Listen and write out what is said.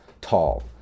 tall